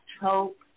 hope